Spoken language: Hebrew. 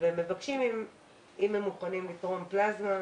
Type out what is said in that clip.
ומבקשים אם הם מוכנים לתרום פלזמה,